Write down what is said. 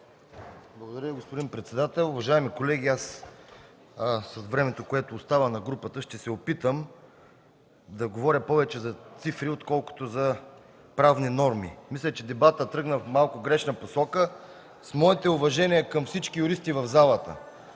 Благодаря Ви, господин председател. Уважаеми колеги, във времето, което остава на групата, ще се опитам да говоря повече за цифри, отколкото за правни норми. Мисля, че дебатът тръгна в малко грешна посока. Моите уважения към всички юристи в залата,